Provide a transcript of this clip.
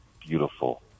beautiful